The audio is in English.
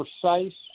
precise